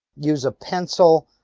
use a pencil,